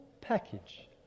package